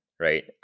Right